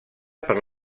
per